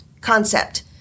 concept